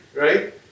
right